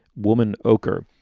woman ochre.